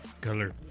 color